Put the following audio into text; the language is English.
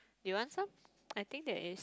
you want some I think there is